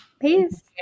Peace